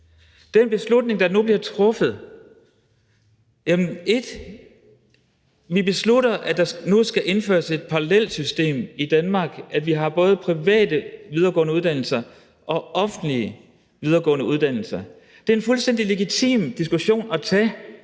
den beslutning, der nu bliver truffet, gælder det for det første, at vi beslutter, at der nu skal indføres et parallelsystem i Danmark, altså at vi både har private videregående uddannelser og offentlige videregående uddannelser. Det er en fuldstændig legitim diskussion at tage,